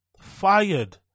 Fired